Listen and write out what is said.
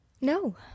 No